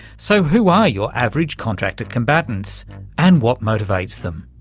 so who are your average contractor combatants and what motivates them?